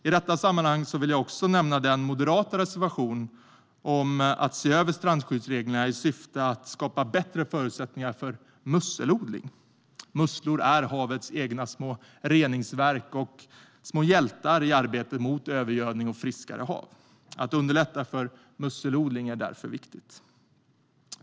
I detta sammanhang vill jag också nämna den moderata reservationen om att se över strandskyddsreglerna i syfte att skapa bättre förutsättningar för musselodling. Musslor är havets egna små reningsverk och små hjältar i arbetet mot övergödning och friskare hav. Att underlätta för musselodling är därför viktigt.